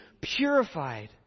purified